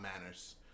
manners